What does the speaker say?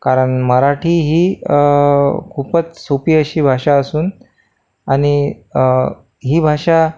कारण मराठी ही खूपच सोपी अशी भाषा असून आणि ही भाषा